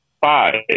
five